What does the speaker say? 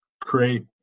create